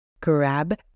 grab